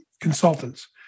consultants